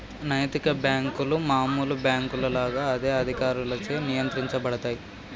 నైతిక బ్యేంకులు మామూలు బ్యేంకుల లాగా అదే అధికారులచే నియంత్రించబడతయ్